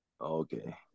Okay